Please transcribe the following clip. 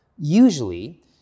Usually